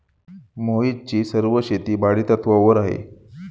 मोहितची सर्व शेती भाडेतत्वावर आहे